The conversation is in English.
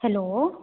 hello